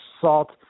salt